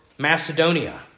Macedonia